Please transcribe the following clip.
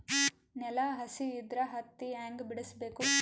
ನೆಲ ಹಸಿ ಇದ್ರ ಹತ್ತಿ ಹ್ಯಾಂಗ ಬಿಡಿಸಬೇಕು?